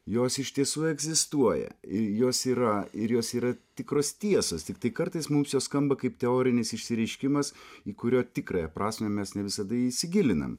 jos iš tiesų egzistuoja ir jos yra ir jos yra tikros tiesos tiktai kartais mums jos skamba kaip teorinis išsireiškimas į kurio tikrąją prasmę mes ne visada įsigilinam